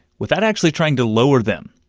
without actually trying to lower them.